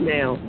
Now